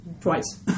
Twice